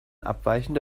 abweichende